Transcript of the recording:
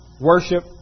worship